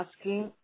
asking